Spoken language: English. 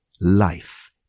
life